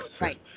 Right